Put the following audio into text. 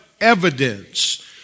Evidence